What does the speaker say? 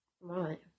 Right